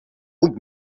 huit